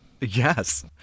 Yes